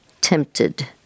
tempted